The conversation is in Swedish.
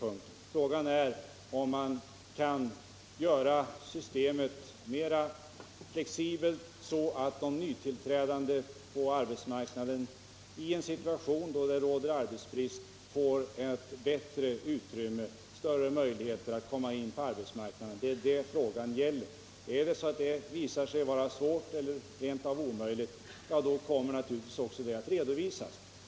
Vad frågan gäller är om vi kan göra systemet mera flexibelt, så att de nyinträdande på arbetsmarknaden i en sitaution då det råder brist på jobb får större möjligheter att komma in på arbetsmarknaden. Visar det sig vara svårt eller rent av omöjligt, så kommer naturligtvis också det att redovisas.